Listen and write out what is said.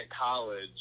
college